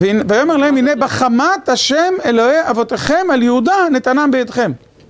ויאמר להם, הנה בחמת השם אלוהי אבותיכם על יהודה נתנה בעתכם.